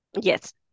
yes